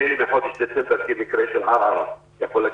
לציין לך שמות אבל לפי הנתון של --- שהוא המומחה שלנו